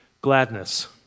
gladness